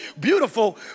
beautiful